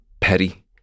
petty